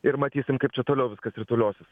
ir matysim kaip čia toliau viskas rituliosis